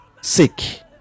sick